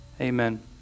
Amen